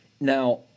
Now